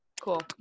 cool